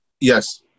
Yes